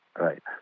right